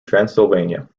transylvania